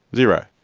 zero.